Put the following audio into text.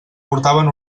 portaven